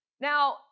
Now